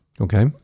Okay